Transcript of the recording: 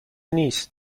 نیست